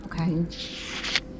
Okay